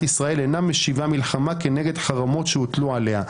ישראל אינה משיבה מלחמה כנגד חרמות שהוטלו עליה.